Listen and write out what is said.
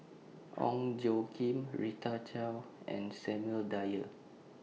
Ong Tjoe Kim Rita Chao and Samuel Dyer